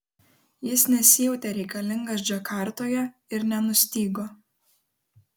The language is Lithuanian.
jis nesijautė reikalingas džakartoje ir nenustygo